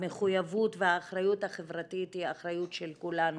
המחויבות והאחריות החברתית היא אחריות של כולנו.